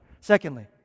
Secondly